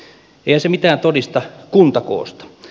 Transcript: eihän se mitään todista kuntakoosta